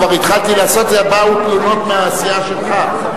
כבר התחלתי לעשות את זה, באו תלונות מהסיעה שלך.